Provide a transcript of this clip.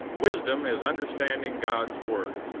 wisdom is understanding god's word.